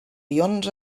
ions